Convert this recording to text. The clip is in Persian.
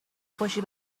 خوشی